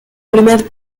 primer